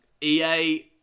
EA